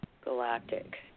galactic